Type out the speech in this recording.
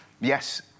yes